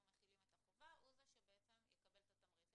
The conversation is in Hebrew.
מחילים את החובה הוא בעצם זה שיקבל את התמריץ.